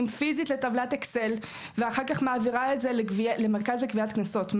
פיזית לטבלת אקסל ואחר כך מעבירה את זה למרכז לגביית קנסות.